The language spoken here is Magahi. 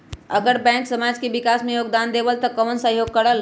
अगर बैंक समाज के विकास मे योगदान देबले त कबन सहयोग करल?